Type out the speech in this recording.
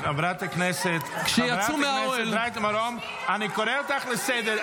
חברת הכנסת רייטן מרום, אני קורא אותך לסדר.